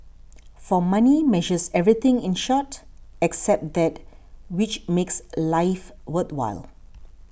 for money measures everything in short except that which makes life worthwhile